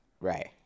Right